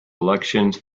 elections